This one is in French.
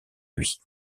lui